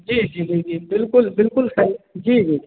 जी जी जी जी बिल्कुल बिल्कुल सही जी जी